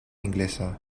inglesa